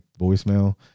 voicemail